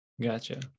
Gotcha